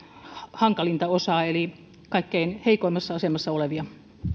hankalinta osaa eli kaikkein heikoimmassa asemassa olevia